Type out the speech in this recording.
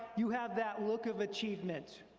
you have that look of achievement.